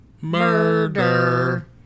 murder